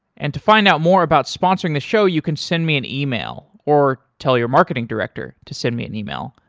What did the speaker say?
and to find out more about sponsoring the show, you can send me an email or tell your marketing director to send me an email,